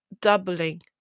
Doubling